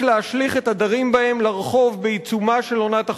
להשליך את הדרים בהם לרחוב בעיצומה של עונת החורף.